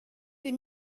des